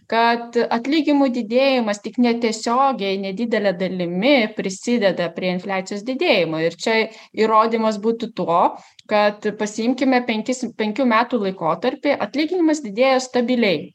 kad atlygimų didėjimas tik netiesiogiai nedidele dalimi prisideda prie infliacijos didėjimo ir čia įrodymas būtų to kad pasiimkime penkis penkių metų laikotarpį atlyginimas didėja stabiliai